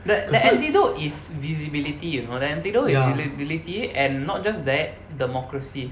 the the antidote is visibility you know the antidote is visibility and not just that democracy